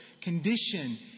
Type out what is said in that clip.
condition